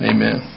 Amen